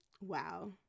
Wow